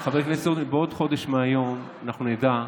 חבר הכנסת סופר, בעוד חודש מהיום, אנחנו נדע,